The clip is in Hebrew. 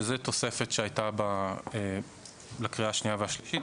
שזאת תוספת שהייתה לקריאה השנייה והשלישית.